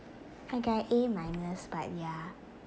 I got an A minus but yah